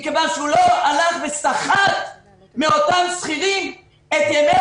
מכיוון שהוא לא הלך וסחט מאותם שכירים את ימי